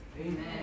Amen